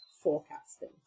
forecasting